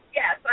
yes